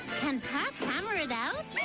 can pat hammer it out?